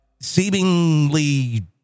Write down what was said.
seemingly